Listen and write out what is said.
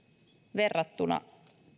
verrattuna